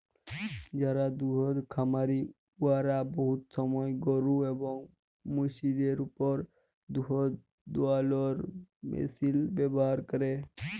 যারা দুহুদ খামারি উয়ারা বহুত সময় গরু এবং মহিষদের উপর দুহুদ দুয়ালোর মেশিল ব্যাভার ক্যরে